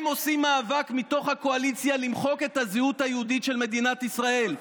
הם עושים מאבק מתוך הקואליציה למחוק את הזהות היהודית של מדינת ישראל,